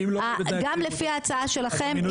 גם לפי ההצעה שלכם,